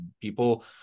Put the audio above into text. People